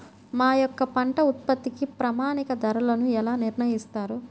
మా యొక్క పంట ఉత్పత్తికి ప్రామాణిక ధరలను ఎలా నిర్ణయిస్తారు?